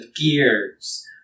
gears